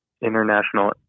International